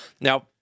Now